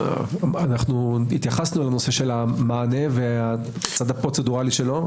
אנחנו התייחסנו לנושא המענה והצד הפרוצדורלי שלו.